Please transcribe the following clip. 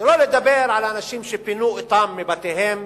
שלא לדבר על אנשים שפינו אותם מבתיהם